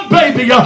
baby